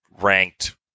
ranked